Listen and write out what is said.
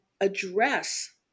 address